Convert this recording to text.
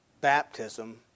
baptism